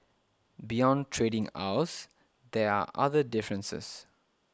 beyond trading hours there are other differences